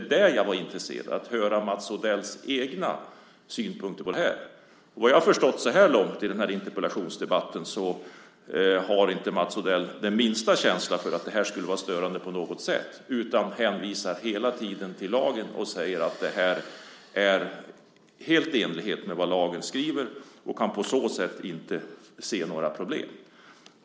Jag var alltså intresserad av att höra Mats Odells egna synpunkter på detta. Efter vad jag så här långt i interpellationsdebatten förstått har Mats Odell inte minsta känsla för att det här på något sätt skulle vara störande. I stället hänvisar han till lagen och säger att det är helt i enlighet med vad lagen föreskriver. På så sätt kan han inte se några problem.